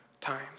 times